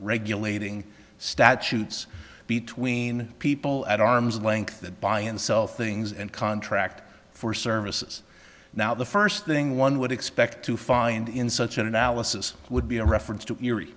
regulating statutes between people at arm's length that buy and sell things and contract for services now the first thing one would expect to find in such an analysis would be a reference to erie